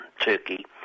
Turkey